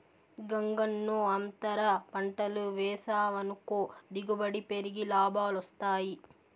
గంగన్నో, అంతర పంటలు వేసావనుకో దిగుబడి పెరిగి లాభాలొస్తాయి